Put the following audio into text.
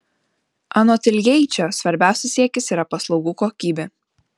anot iljeičio svarbiausias siekis yra paslaugų kokybė